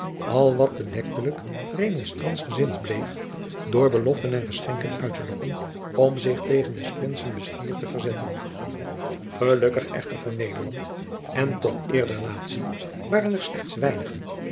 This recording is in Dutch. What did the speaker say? al wat bedektelijk remonstrantsgezind bleef door beloften en geschenken uit te lokken om zich tegen des princen bestier te verzetten gelukkig echter voor nederland en tot eer der natie waren er slechts weinigen